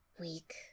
Weak